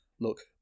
look